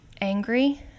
angry